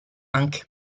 anche